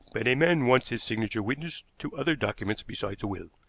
but a man wants his signature witnessed to other documents besides a will.